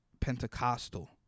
Pentecostal